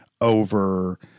over